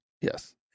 Yes